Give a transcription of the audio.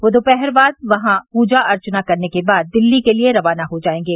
वे दोपहर बाद वहां पूजा अर्चना करने के बाद दिल्ली के लिए रवाना हो जायेंगे